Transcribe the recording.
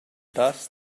dust